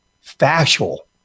factual